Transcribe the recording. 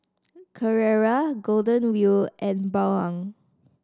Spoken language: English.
Carrera Golden Wheel and Bawang